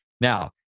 Now